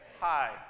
Hi